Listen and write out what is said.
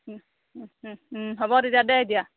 হ'ব তেতিয়া দে এতিয়া